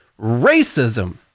racism